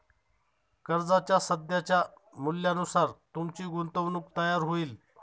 कर्जाच्या सध्याच्या मूल्यानुसार तुमची गुंतवणूक तयार होईल